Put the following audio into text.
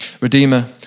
Redeemer